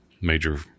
major